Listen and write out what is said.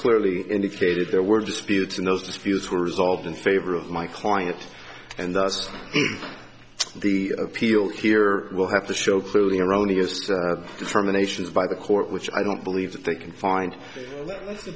clearly indicated there were disputes and those disputes were resolved in favor of my client and thus the appeal here will have to show clearly erroneous determinations by the court which i don't believe that they can find th